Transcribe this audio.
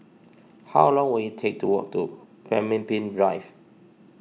how long will it take to walk to Pemimpin Drive